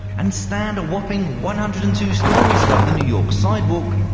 and stand a whopping one hundred and two stories above the new york sidewalk,